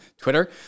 Twitter